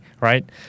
right